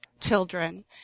children